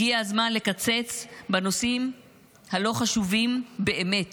הגיע הזמן לקצץ בנושאים הלא-חשובים באמת.